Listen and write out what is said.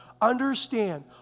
Understand